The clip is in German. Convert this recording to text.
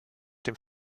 dem